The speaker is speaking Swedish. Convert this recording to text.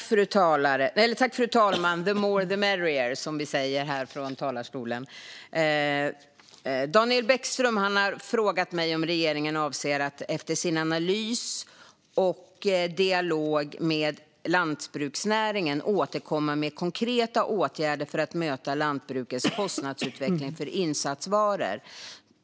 Fru talman! har frågat mig om regeringen avser att efter sin analys och dialog med lantbruksnäringen återkomma med konkreta åtgärder för att möta lantbrukets kostnadsutveckling för insatsvaror.